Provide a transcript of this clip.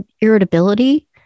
irritability